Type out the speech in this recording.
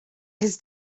his